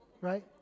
right